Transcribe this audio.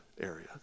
area